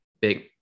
big